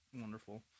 wonderful